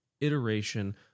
iteration